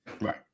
right